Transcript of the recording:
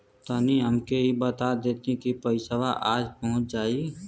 तनि हमके इ बता देती की पइसवा आज पहुँच जाई?